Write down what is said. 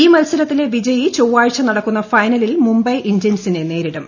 ഈ മത്സരത്തിലെ വിജയി ചൊവ്വാഴ്ച നടക്കുന്ന ഫൈനലിൽ മുംബൈ ഇന്ത്യൻസിനെ നേരിടും